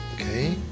Okay